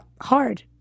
Hard